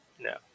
No